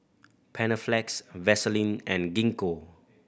Panaflex Vaselin and Gingko